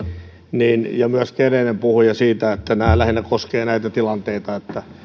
ja myöskin edellinen puhuja nämä koskevat lähinnä näitä tilanteita että